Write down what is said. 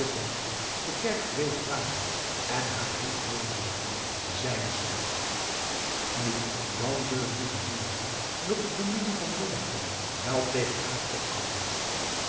te kerk geweest waren en haar hoofd nederleggende zeide zij nu dan zullen die gezien hebben dat de familie van blommensteyn wel tegen haar op kan